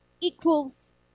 equals